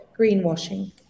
greenwashing